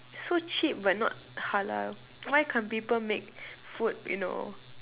so cheap but not halal why can't people make food you know